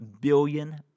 billion